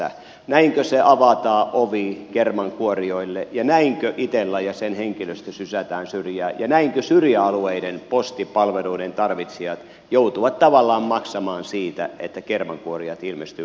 näinkö se ovi avataan kermankuorijoille ja näinkö itella ja sen henkilöstö sysätään syrjään ja näinkö syrjäalueiden postipalveluiden tarvitsijat joutuvat tavallaan maksamaan siitä että kermankuorijat ilmestyvät kuvaan